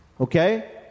Okay